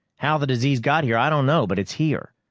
how the disease got here, i don't know. but it's here.